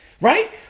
right